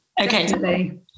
Okay